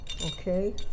Okay